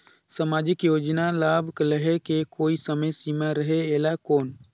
समाजिक योजना मे लाभ लहे के कोई समय सीमा रहे एला कौन?